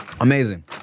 Amazing